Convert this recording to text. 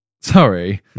Sorry